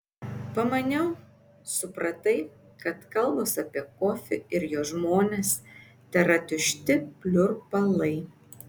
pamaniau supratai kad kalbos apie kofį ir jo žmones tėra tušti pliurpalai